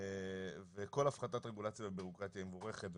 כל הפחתת רגולציה ובירוקרטיה היא מבורכת,